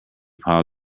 pile